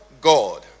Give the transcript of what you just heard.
God